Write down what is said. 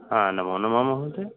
हा नमो नमः महोदय